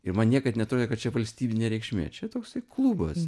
ir man niekad neatrodė kad čia valstybinė reikšmė čia toksai klubas